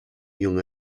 young